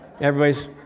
Everybody's